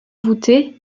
voûtée